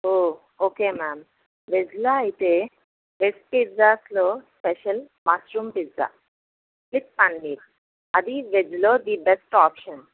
ఓహ్ okay ma'am వెజ్లో అయితే veg పిజ్జాస్లో special mushroom pizza with paneer అది వెజ్లో ది బెస్ట్ ఆప్షన్